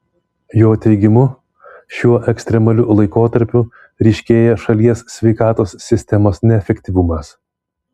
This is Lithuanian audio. jo teigimu šiuo ekstremaliu laikotarpiu ryškėja šalies sveikatos sistemos neefektyvumas